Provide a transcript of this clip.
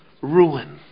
ruin